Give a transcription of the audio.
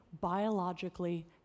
biologically